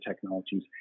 technologies